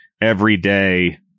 everyday